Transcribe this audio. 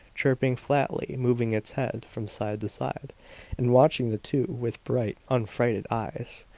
chirping flatly, moving its head from side to side and watching the two with bright, unfrightened eyes.